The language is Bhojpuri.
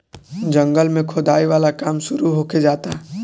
जंगल में खोदाई वाला काम शुरू होखे जाता